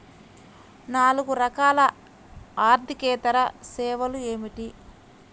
నాలుగు రకాల ఆర్థికేతర సేవలు ఏమిటీ?